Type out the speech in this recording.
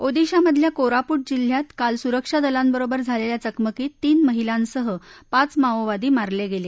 ओदिशामधल्या कोरापूट जिल्ह्यात काल सुरक्षा दलांबरोबर झालेल्या चकमकीत तीन महिलांसह पाच माओवादी मारले गेले